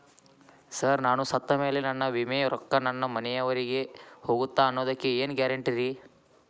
Sir ನಾನು ಸತ್ತಮೇಲೆ ನನ್ನ ವಿಮೆ ರೊಕ್ಕಾ ನನ್ನ ಮನೆಯವರಿಗಿ ಹೋಗುತ್ತಾ ಅನ್ನೊದಕ್ಕೆ ಏನ್ ಗ್ಯಾರಂಟಿ ರೇ?